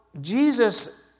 Jesus